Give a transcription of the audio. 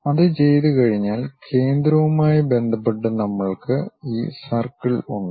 അത് ചെയ്തുകഴിഞ്ഞാൽ കേന്ദ്രവുമായി ബന്ധപ്പെട്ട് നമ്മൾക്ക് ഈ സർക്കിൾ ഉണ്ട്